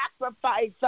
sacrifice